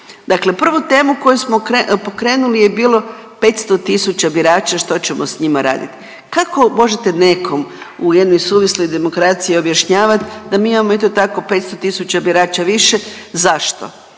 Dakle, prvu temu koju smo pokrenuli je bilo 500 tisuća birača što ćemo s njima raditi. Kako možete nekom u jednoj suvisloj demokraciji objašnjavat da mi imamo eto tako 500 tisuća birača više. Zašto?